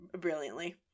brilliantly